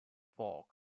fork